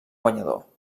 guanyador